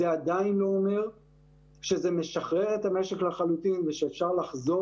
זה עדיין לא אומר שזה משחרר את המשק לחלוטין ושאפשר לחזור